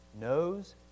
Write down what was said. knows